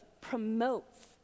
promotes